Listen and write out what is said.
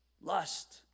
lust